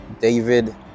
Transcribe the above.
david